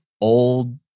old